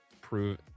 prove